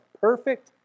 perfect